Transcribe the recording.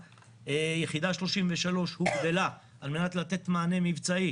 יחידה 33 הוגדלה על מנת לתת מענה מבצעי